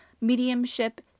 mediumship